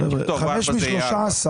5 מ-13.